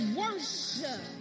worship